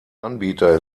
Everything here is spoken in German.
anbieter